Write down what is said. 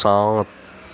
سات